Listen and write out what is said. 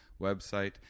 website